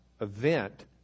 event